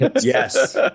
yes